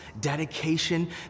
dedication